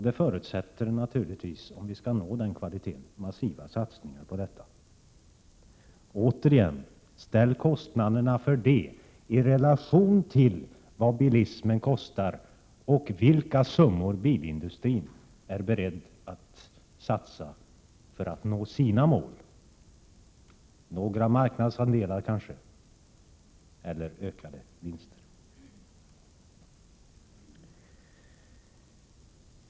Det förutsätter naturligtvis massiva satsningar, om vi skall nå den kvaliteten. Återigen: Ställ kostnaderna för det i relation till vad bilismen kostar och de summor bilindustrin är beredd att satsa för att nå sina mål — kanske några marknadsandelar eller ökade vinster.